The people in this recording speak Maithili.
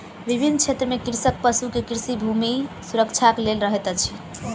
विभिन्न क्षेत्र में कृषक पशु के कृषि भूमि सुरक्षाक लेल रखैत अछि